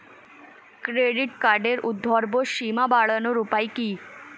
Credit কার্ডের উর্ধ্বসীমা বাড়ানোর উপায় কি?